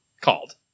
called